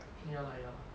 ya lah ya lah